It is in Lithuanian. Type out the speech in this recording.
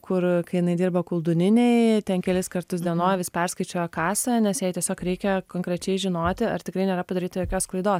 kur kai jinai dirba koldūninėj ten kelis kartus dienoj vis perskaičiuoja kasą nes jai tiesiog reikia konkrečiai žinoti ar tikrai nėra padaryta jokios klaidos